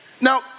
Now